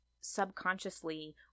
subconsciously